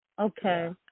okay